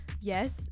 yes